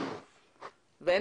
אין